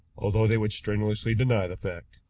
although they would strenuously deny the fact.